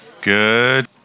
good